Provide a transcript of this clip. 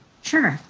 sure.